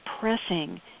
pressing